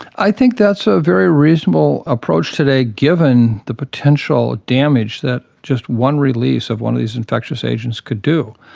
i think that's a very reasonable approach today given the potential damage that just one release of one of these infectious agents could do.